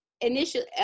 initially